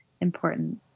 important